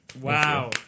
Wow